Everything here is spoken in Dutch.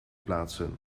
plaatsen